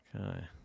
Okay